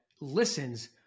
listens